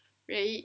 right